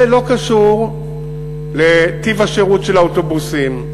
זה לא קשור לטיב השירות של האוטובוסים,